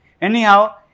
Anyhow